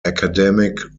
academic